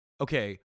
okay